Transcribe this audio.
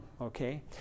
Okay